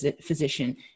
physician